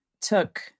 took